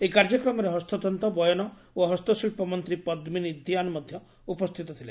ଏହି କାର୍ଯ୍ୟକ୍ରମରେ ହସ୍ତନ୍ତ ବୟନ ଓ ହସ୍ତଶିଳ୍ ମନ୍ତୀ ପଦ୍ପିନୀ ଦିଆନ୍ ମଧ୍ଧ ଉପସ୍ତିତ ଥିଲେ